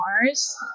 Mars